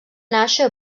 nàixer